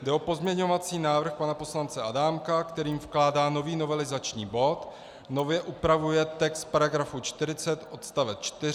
Jde o pozměňovací návrh pana poslance Adámka, kterým vkládá nový novelizační bod, nově upravuje text § 40 odst. 4.